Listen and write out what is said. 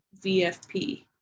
VFP